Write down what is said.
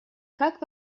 как